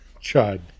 chad